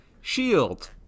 shield